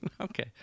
Okay